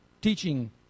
teaching